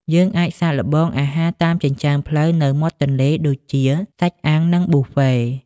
យើងអាចសាកល្បងអាហារតាមចិញ្ចើមផ្លូវនៅមាត់ទន្លេ ដូចជាសាច់អាំង និងប៊ូហ្វេ។